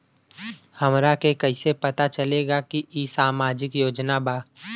हमरा के कइसे पता चलेगा की इ सामाजिक योजना बा?